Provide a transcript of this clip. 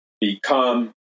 become